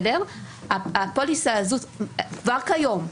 כבר כיום,